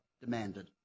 demanded